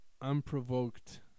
unprovoked